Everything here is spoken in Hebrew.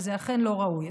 זה אכן לא ראוי.